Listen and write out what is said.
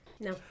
No